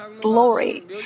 glory